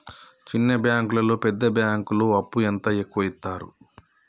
చిన్న బ్యాంకులలో పెద్ద బ్యాంకులో అప్పు ఎంత ఎక్కువ యిత్తరు?